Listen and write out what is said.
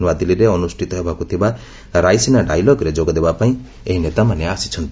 ନୂଆଦିଲ୍ଲୀରେ ଅନୁଷ୍ଠିତ ହେବାକୁ ଥିବା ରାଇସିନା ଡାଇଲଗ୍ରେ ଯୋଗଦେବାପାଇଁ ଏହି ନେତାମାନେ ଆସିଛନ୍ତି